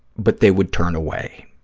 but they would turn away.